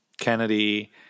kennedy